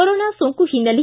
corona ಸೋಂಕು ಹಿನ್ನೆಲೆ